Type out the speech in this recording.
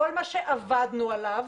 כל מה שעבדנו עליו,